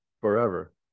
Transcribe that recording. forever